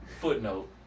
Footnote